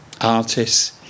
artists